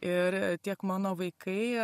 ir tiek mano vaikai